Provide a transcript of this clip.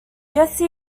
jesse